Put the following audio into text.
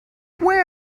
where